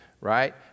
right